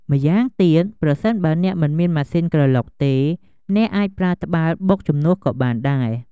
ម្យ៉ាងទៀត ប្រសិនបើ អ្នកមិនមានម៉ាស៊ីនក្រឡុកទេ អ្នកអាចប្រើត្បាល់បុកជំនួសក៏បានដែរ។